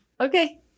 Okay